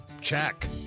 check